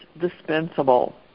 dispensable